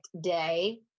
day